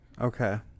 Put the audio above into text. okay